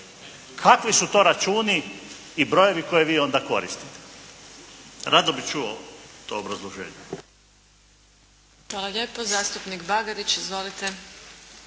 Kakvi su to računi i brojevi koje vi onda koristite? Rado bi čuo to obrazloženje.